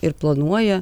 ir planuoja